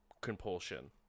compulsion